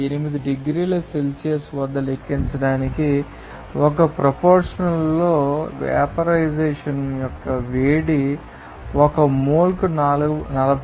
8 డిగ్రీల సెల్సియస్ వద్ద లెక్కించండి 1 ప్రొపోరషనల్ లో వేపర్ రైజేషన్ యొక్క వేడి ఒక మోల్కు 47